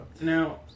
now